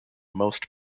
most